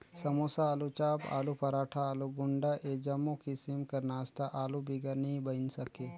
समोसा, आलूचाप, आलू पराठा, आलू गुंडा ए जम्मो किसिम कर नास्ता आलू बिगर नी बइन सके